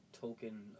token